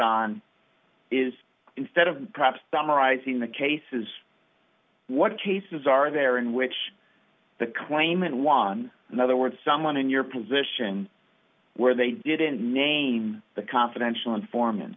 on is instead of perhaps summarizing the cases what cases are there in which the claimant won in other words someone in your position where they didn't name the confidential inform